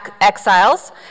exiles